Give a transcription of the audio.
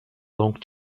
long